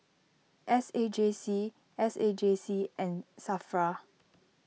S A J C S A J C and Safra